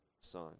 son